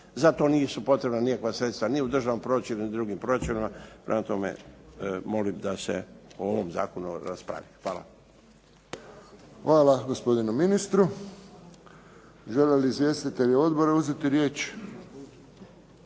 Za to nisu potrebna nikakva sredstva ni u državnom proračunu ni u drugim proračunima. Prema tome, molim da se o ovom zakonu raspravi. Hvala. **Friščić, Josip (HSS)** Hvala gospodinu ministru. Žele li izvjestitelji odbora uzeti riječ?